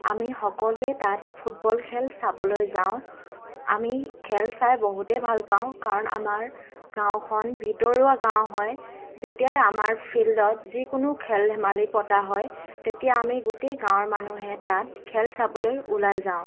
আমি সকলোৱে তাত ফুটবল খেল চাবলৈ যাওঁ আমি খেল চাই বহুতে ভাল পাওঁ কাৰণ আমাৰ গাঁওখন ভিতৰুৱা গাঁও হয় যেতিয়াই আমাৰ ফিল্ডত যিকোনো খেল ধেমালি পতা হয় তেতিয়া আমি গোটেই গাঁৱৰ মানুহে তাত খেল চাবলৈ ওলাই যাওঁ